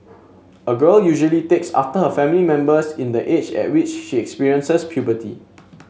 a girl usually takes after her family members in the age at which she experiences puberty